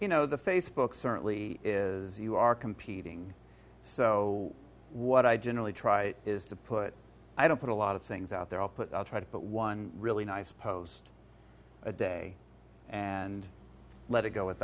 you know the facebook certainly is you are competing so what i generally try is to put i don't put a lot of things out there i'll put i'll try to put one really nice post a day and let it go